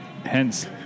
Hence